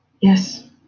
yes